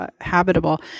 habitable